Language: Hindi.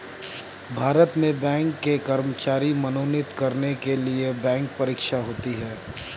भारत में बैंक के कर्मचारी मनोनीत करने के लिए बैंक परीक्षा होती है